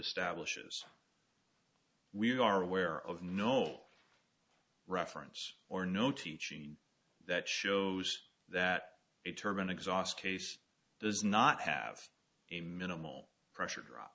establishes we are aware of no reference or no teaching that shows that a term an exhaust case does not have a minimal pressure drop